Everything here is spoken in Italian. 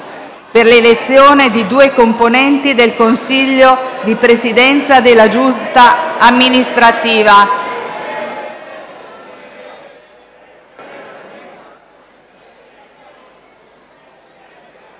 per l'elezione di due componenti del consiglio di presidenza della giustizia amministrativa: